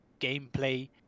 gameplay